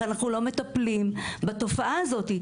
שאנחנו לא מטפלים בתופעה הזאת.